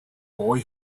boy